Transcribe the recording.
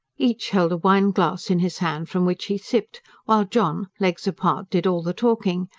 each held a wineglass in his hand from which he sipped, while john, legs apart, did all the talking,